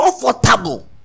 comfortable